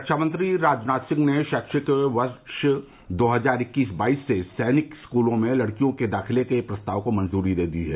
रक्षामंत्री राजनाथ सिंह ने शैक्षिक वर्ष दो हजार इक्कीस बाईस से सैनिक स्कूलों में लड़कियों के दाखिले के प्रस्ताव को मंजूरी दे दी है